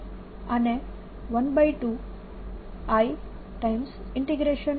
તેથી હું આને 12IB